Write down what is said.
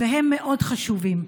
והם מאוד חשובים.